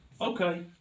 okay